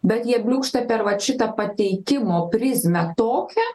bet jie bliūkšta per vat šitą pateikimo prizmę tokią